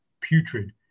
putrid